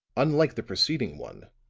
unlike the preceding one,